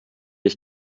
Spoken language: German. ich